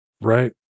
right